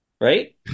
right